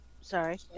Sorry